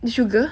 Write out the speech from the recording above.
sugar